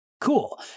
cool